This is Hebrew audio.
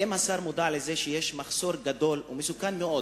האם השר מודע לזה שיש מחסור גדול ומסוכן מאוד